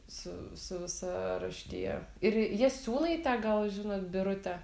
su su visa raštija ir jasiūnaitę gal žinot birutę